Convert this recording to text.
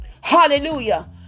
Hallelujah